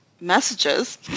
messages